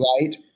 right